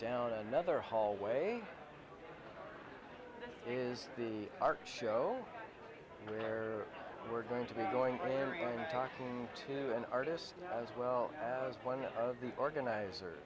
down another hallway is the art show where we're going to be going here and talking to an artist as well as one of the organizer